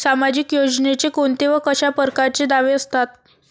सामाजिक योजनेचे कोंते व कशा परकारचे दावे असतात?